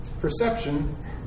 Perception